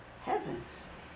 heavens